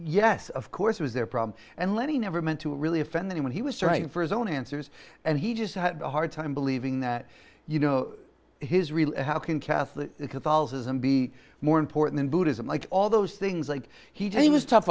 yes of course it was their problem and lenny never meant to really offend anyone he was searching for his own answers and he just had a hard time believing that you know his really how can catholic catholicism be more important than buddhism like all those things like he did he was tough